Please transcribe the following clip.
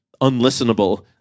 unlistenable